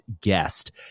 guest